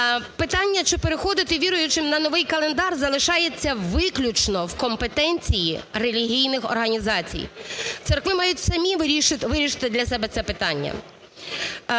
Питання чи переходити віруючим на новий календар залишається виключно в компетенції релігійних організацій. Церкви мають самі вирішити для себе це питання.